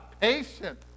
patient